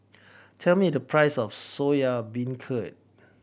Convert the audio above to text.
tell me the price of Soya Beancurd